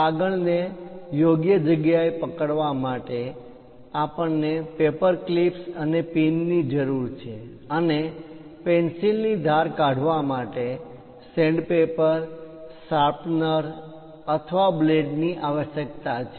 કાગળને drawing sheets ને યોગ્ય જગ્યાએ પકડવા માટે આપણ ને પેપર ક્લિપ્સ અને પિન ની જરૂર છે અને પેન્સિલ ની ધાર કાઢવા માટે સેંડપેપર શાર્પનર અથવા બ્લેડની આવશ્યકતા છે